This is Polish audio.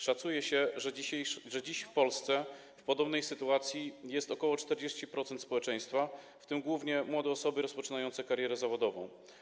Szacuje się, że dziś w Polsce w podobnej sytuacji jest ok. 40% społeczeństwa, w tym głównie młode osoby rozpoczynające karierę zawodową.